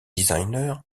designer